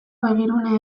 begirune